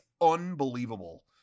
unbelievable